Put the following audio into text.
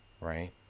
Right